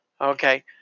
Okay